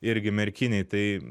irgi merkinėj tai